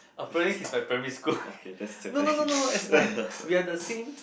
apparently he's my primary school no no no no no as in like we have the same